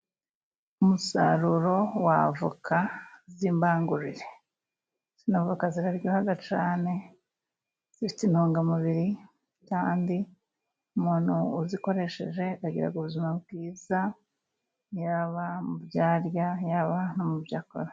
Umusaruro wa avoka z'imbangurire. Izo voka ziraryoha cyane, zifite intungamubiri, kandi umuntu uzikoresheje agira ubuzima bwiza, yaba mubyo arya yaba no mubyo akora.